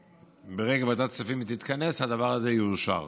שברגע שוועדת הכספים תתכנס הדבר הזה יאושר.